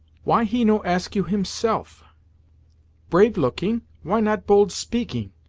why he no ask you, himself brave looking why not bold speaking?